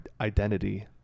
identity